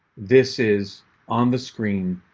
this is on the screen,